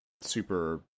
super